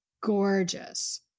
Gorgeous